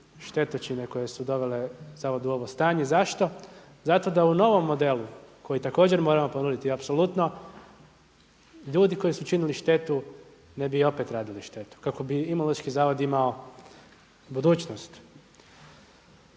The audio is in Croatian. štetočine koje su dovele zavod u ovo stanje. Zašto? Zato da u novom modelu koji također moramo ponuditi apsolutno ljudi koji su činili štetu ne bi opet raditi štetu. Kako bi Imunološki zavod imao budućnost.